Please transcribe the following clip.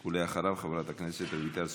אחריו, חברת הכנסת רויטל סויד.